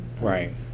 right